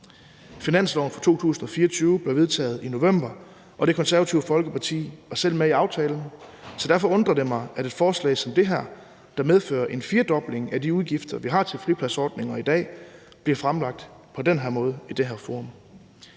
Finansloven for 2024 blev vedtaget i november, og Det Konservative Folkeparti var selv med i aftalen. Så derfor undrer det mig, at et forslag som det her, der medfører en firdobling af de udgifter, vi har til fripladsordninger i dag, bliver fremsat på den her måde og i det her forum.